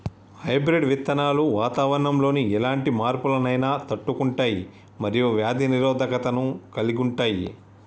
hybrid విత్తనాలు వాతావరణంలోని ఎలాంటి మార్పులనైనా తట్టుకుంటయ్ మరియు వ్యాధి నిరోధకతను కలిగుంటయ్